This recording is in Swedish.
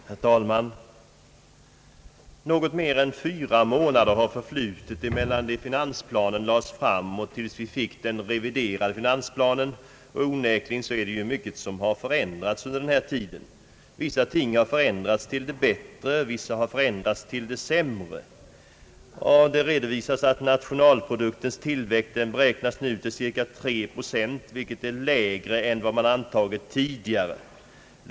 Herr talman! Något mer än fyra månader har förflutit från det finansplanen framlades och tills vi fick ta del av den reviderade finansplanen. Onekligen har många förändringar skett under denna tid till både det bättre och det sämre. Det redovisas nu att nationalproduktens tillväxt beräknas till cirka 3 procent vilket är lägre än man tidigare antagit.